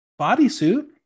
bodysuit